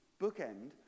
bookend